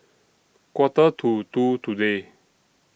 Quarter to two today